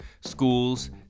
schools